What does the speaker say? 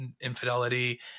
infidelity